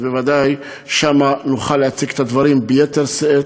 אז בוודאי שם נוכל להציג את הדברים ביתר שאת.